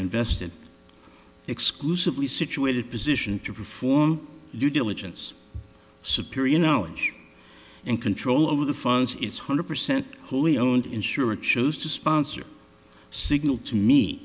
invested exclusively situated position to perform due diligence superior knowledge and control over the funds is hundred percent wholly owned insurance choose to sponsor a signal to me